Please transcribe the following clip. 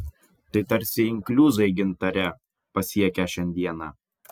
tai tarsi inkliuzai gintare pasiekę šiandieną